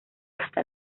hasta